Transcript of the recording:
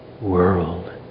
world